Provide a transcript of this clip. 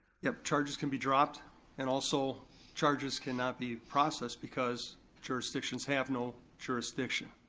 if charges can be dropped and also charges cannot be processed because jurisdictions have no jurisdiction,